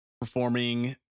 performing